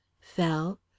fell